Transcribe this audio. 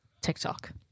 TikTok